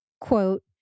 quote